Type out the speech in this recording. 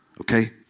Okay